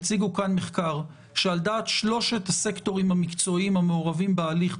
הציגו כאן מחקר שעל דעת שלושת הסקטורים המקצועיים המעורבים בהליך,